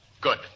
Good